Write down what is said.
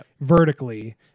vertically